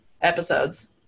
episodes